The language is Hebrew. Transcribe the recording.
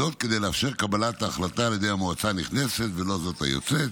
כדי לאפשר את קבלת ההחלטה על ידי המועצה הנכנסת ולא זאת היוצאת.